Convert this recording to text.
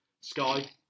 Sky